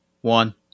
one